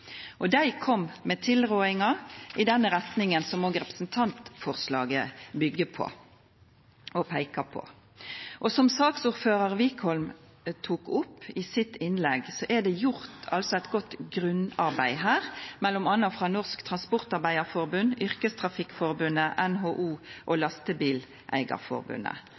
kom med tilrådingar i den retninga som også representantforslaget byggjer på og peikar på. Som saksordførar Wickholm tok opp i innlegget sitt, er det gjort eit godt grunnarbeid her, m.a. av Norsk Transportarbeiderforbund, Yrkestrafikkforbundet, NHO og